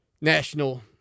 National